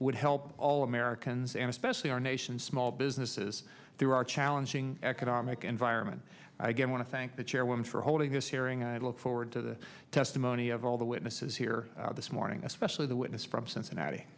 would help all americans and especially our nation's small businesses through our challenging economic environment again want to thank the chairwoman for holding this hearing i look forward to the testimony of all the witnesses here this morning especially the witness from cincinnati